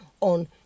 on